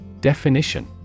Definition